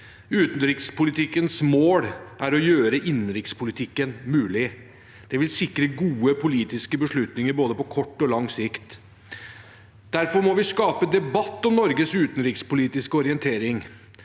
Utenrikspolitikkens mål er å gjøre innenrikspolitikken mulig. Det vil sikre gode politiske beslutninger på både kort og lang sikt. Derfor må vi skape debatt om Norges utenrikspolitiske orientering.